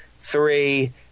three